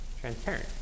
transparent